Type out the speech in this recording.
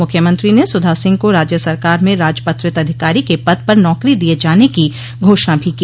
मुख्यमंत्री ने सुधा सिंह को राज्य सरकार में राजपत्रित अधिकारी के पद पर नौकरी दिये जाने की घोषणा भी की